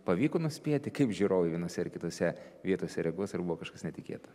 pavyko nuspėti kaip žiūrovai vienose ar kitose vietose reaguos ar buvo kažkas netikėta